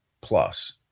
plus